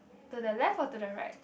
to the left or to the right